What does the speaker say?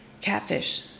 catfish